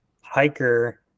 Hiker